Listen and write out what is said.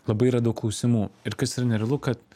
labai yra daug klausimų ir kas yra nerealu kad